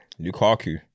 lukaku